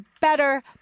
better